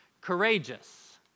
courageous